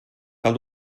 cal